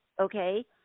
Okay